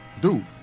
Dude